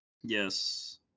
Yes